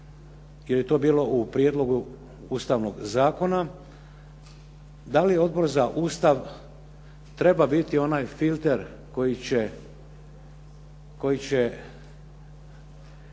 jer je to bilo u prijedlogu Ustavnog zakona, da li Odbor za Ustav treba biti onaj filter koji će